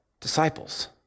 disciples